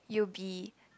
you'll be